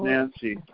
Nancy